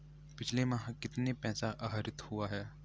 पिछले माह कितना पैसा आहरित हुआ है?